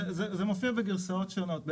זה מופיע בגרסאות שונות.